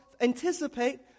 anticipate